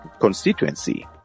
constituency